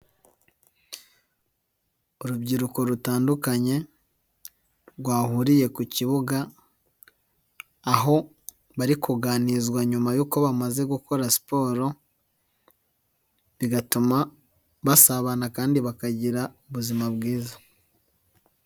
Urubyiruko rutandukanye, rwahuriye ku kibuga. Aho bari kuganirizwa nyuma y'uko bamaze gukora siporo, bigatuma basabana kandi bakagira ubuzima bwiza.